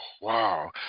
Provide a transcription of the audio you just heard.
wow